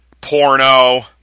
porno